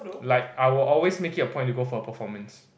like I will always make it a point to go for a performance